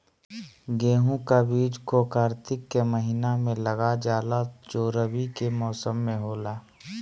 गेहूं का बीज को कार्तिक के महीना में लगा जाला जो रवि के मौसम में होला